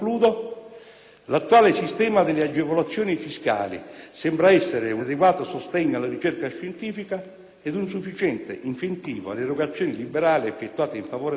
L'attuale sistema delle agevolazioni fiscali sembra essere un adeguato sostegno alla ricerca scientifica ed un sufficiente incentivo alle erogazioni liberali effettuate in favore della stessa.